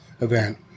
event